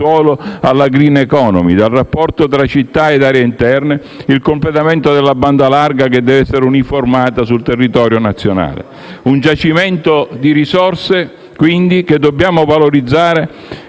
suolo alla *green economy*, dal rapporto tra città e aree interne al completamento della banda larga, che deve essere uniformata sul territorio nazionale. Si tratta, quindi, di un giacimento di risorse che dobbiamo valorizzare